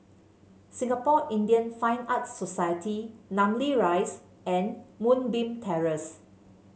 Singapore Indian Fine Arts Society Namly Rise and Moonbeam Terrace